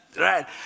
right